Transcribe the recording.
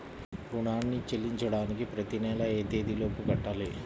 రుణాన్ని చెల్లించడానికి ప్రతి నెల ఏ తేదీ లోపు కట్టాలి?